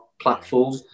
platform